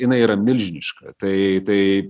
jinai yra milžiniška tai tai